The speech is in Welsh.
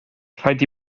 rhaid